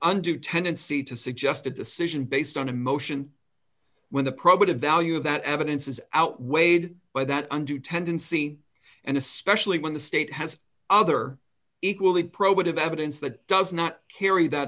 undue tendency to suggest a decision based on emotion when the probative value of that evidence is outweighed by that undue tendency and especially when the state has other equally probative evidence that does not carry that